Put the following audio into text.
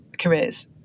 careers